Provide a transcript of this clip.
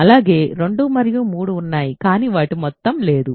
అలాగే 2 మరియు 3 ఉన్నాయి కానీ వాటి కూడిక లేదు